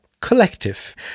collective